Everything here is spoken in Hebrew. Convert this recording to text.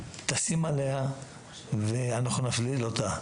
תשים עליה ואנחנו נפליל אותה".